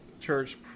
church